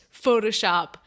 Photoshop